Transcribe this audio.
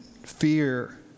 fear